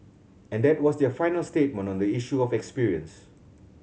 and that was their final statement on the issue of experience